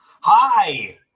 Hi